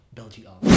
Belgium